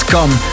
Come